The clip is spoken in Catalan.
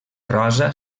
rosa